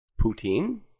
Poutine